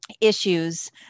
issues